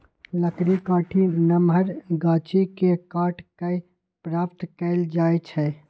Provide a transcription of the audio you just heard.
लकड़ी काठी नमहर गाछि के काट कऽ प्राप्त कएल जाइ छइ